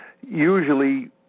Usually